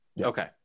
Okay